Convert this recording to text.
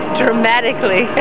dramatically